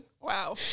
Wow